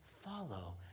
Follow